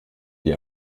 die